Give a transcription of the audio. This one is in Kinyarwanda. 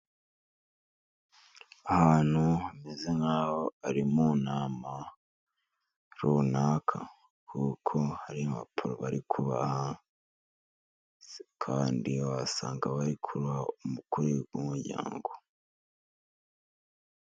Ahantu hameze nk'aho ari mu nama runaka, kuko hari impapuro bari kubaha kandi wasanga bari kuruha umukuru w'umuryango.